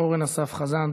אורן אסף חזן.